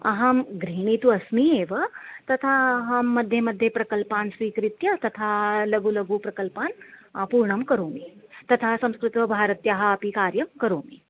अहं गृहिणी तु अस्मि एव तथा अहं मध्ये मध्ये प्रकल्पान् स्वीकृत्य तथा लघुलघु प्रकल्पान् पूर्णं करोमि तथा संस्कृतभारत्याः अपि कार्यं करोमि